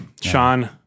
Sean